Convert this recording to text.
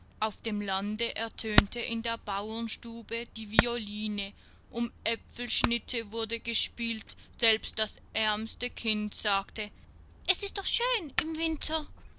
auf dem lande ertönte in der bauernstube die violine um äpfelschnitte wurde gespielt selbst das ärmste kind sagte es ist doch schön im winter